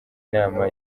nama